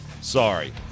Sorry